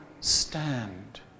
stand